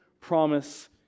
promise